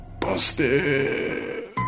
busted